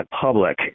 public